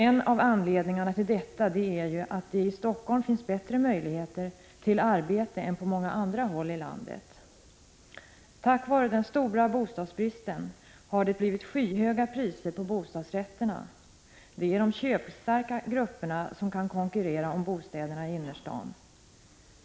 En av anledningarna till detta är att det i Helsingfors finns bättre möjligheter till arbete än på många andra håll i landet. Den stora bostadsbristen har lett till skyhöga priser på bostadsrätterna. Det är de köpstarka grupperna som kan konkurrera om bostäderna i innerstaden.